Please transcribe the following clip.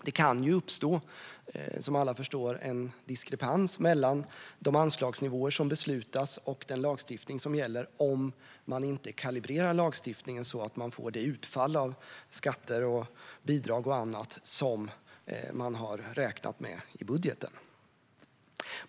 Det kan ju uppstå, som alla förstår, en diskrepans mellan de anslagsnivåer som beslutas och den lagstiftning som gäller om man inte kalibrerar lagstiftningen så att man får det utfall av skatter, bidrag och annat som man har räknat med i budgeten.